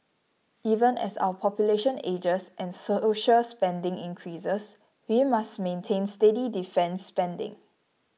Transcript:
even as our population ages and social spending increases we must maintain steady defence spending